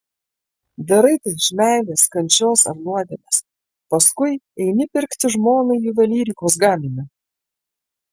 darai tai iš meilės kančios ar nuodėmės paskui eini pirkti žmonai juvelyrikos gaminio